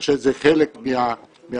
כאשר זה חלק מהפתרון.